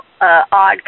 odd